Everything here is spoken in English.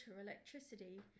electricity